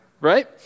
Right